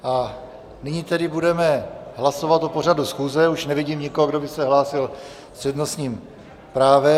A nyní tedy budeme hlasovat o pořadu schůze, už nevidím nikoho, kdo by se hlásil s přednostním právem.